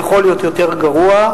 יכול להיות יותר גרוע,